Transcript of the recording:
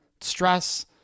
stress